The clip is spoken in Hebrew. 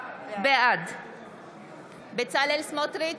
בעד בצלאל סמוטריץ'